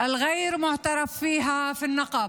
הכפר הלא-מוכר בנגב.)